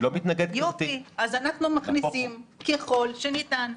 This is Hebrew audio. אני לא מתנגד, גברתי, נהפוך הוא.